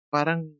Parang